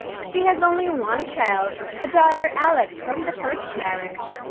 she has only one child, a daughter alex from the first marriage.